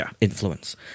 influence